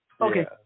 Okay